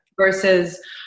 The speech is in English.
versus